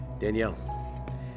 Danielle